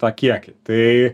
tą kiekį tai